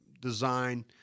design